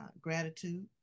gratitude